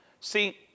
See